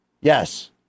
Yes